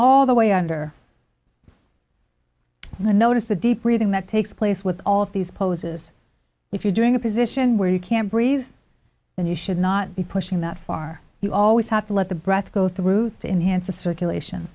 all the way under the notice the deep breathing that takes place with all of these poses if you're doing a position where you can't breathe and you should not be pushing that far you always have to let the breath go through to enhance the circulation